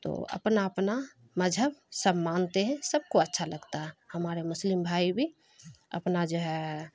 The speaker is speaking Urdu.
تو اپنا اپنا مذہب سب مانتے ہیں سب کو اچھا لگتا ہے ہمارے مسلم بھائی بھی اپنا جو ہے